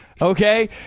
Okay